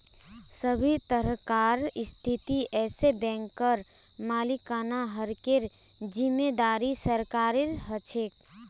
सभी तरहकार स्थितित येस बैंकेर मालिकाना हकेर जिम्मेदारी सरकारेर ह छे